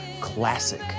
classic